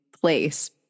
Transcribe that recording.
place